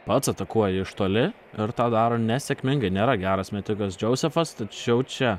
pats atakuoja iš toli ir tą daro nesėkmingai nėra geras metikas džozefas tačiau čia